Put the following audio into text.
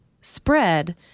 spread